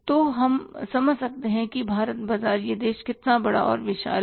तो हम को समझ सकते हैं कि भारत बाजार यह देश कितना बड़ा और विशाल है